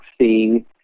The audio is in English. seeing